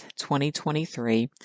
2023